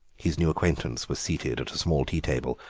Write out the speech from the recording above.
his new acquaintance was seated at a small tea-table,